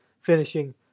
finishing